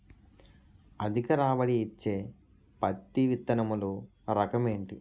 అధిక రాబడి ఇచ్చే పత్తి విత్తనములు రకం ఏంటి?